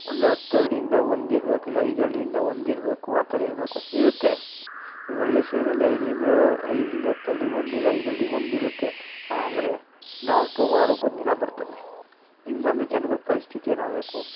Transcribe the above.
ಅಂದರೆ ಹತ್ತು ಹಳ್ಳಿಯಿಂದ ಒಂದು ಇರಬೇಕು ಇಲ್ಲ ಐದು ಹಳ್ಳಿಯಿಂದ ಒಂದು ಇರಬೇಕು ಆ ಥರ ಇರಬೇಕು ಇರುತ್ತೆ ಈಗ ಹಳ್ಳಿ ಸೈಡಲ್ಲಿ ಐದರಿಂದಾ ಐದರಿಂದ ಹತ್ತು ಹಳ್ಳಿಗೊಂದು ಇಲ್ಲ ಐದು ಹಳ್ಳಿಗೊಂದು ಇರುತ್ತೆ ಆದರೆ ಡಾಕ್ಟ್ರ್ ವಾರಕ್ಕೆ ಒಂದು ದಿನ ಬರ್ತಾರೆ ಹಿಂಗ್ ಬಂದರೆ ಜನಗಳು ಪರಿಸ್ಥಿತಿ ಏನಾಗಬೇಕು